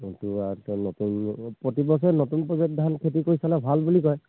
নতু আ নতুন প্ৰতিবছৰে নতুন প্ৰজাতি ধান খেতি কৰি চালে ভাল বুলি কয়